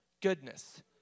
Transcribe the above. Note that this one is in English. goodness